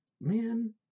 Man